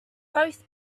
both